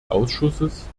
ausschusses